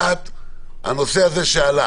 הנושא הזה שעלה